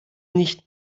nicht